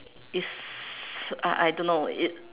it's I I don't know it